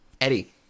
Eddie